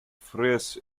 fresh